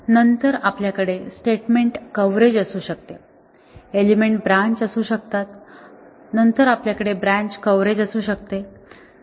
नंतर आपल्या कडे स्टेटमेंट कव्हरेज असू शकते एलिमेंट ब्रँच असू शकतात आणि नंतर आपल्या कडे ब्रँच कव्हरेज असू शकते